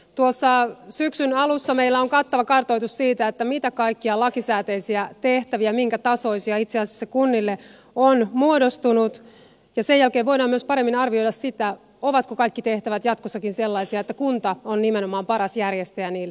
tuossa syksyn alussa meillä on kattava kartoitus siitä mitä kaikkia lakisääteisiä tehtäviä minkä tasoisia itse asiassa kunnille on muodostunut ja sen jälkeen voidaan myös paremmin arvioida sitä ovatko kaikki tehtävät jatkossakin sellaisia että kunta on nimenomaan paras järjestäjä niille tehtäville